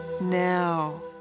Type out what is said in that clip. now